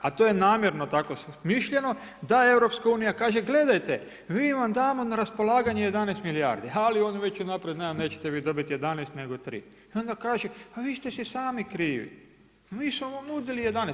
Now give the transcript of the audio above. A to je namjerno tako smišljeno da EU kaže gledajte mi vam damo na raspolaganje 11 milijardi, ali on već unaprijed zna nećete vi dobiti 11 nego 3. I onda kaže pa vi ste si sami krivi, mi smo vam nudili 11.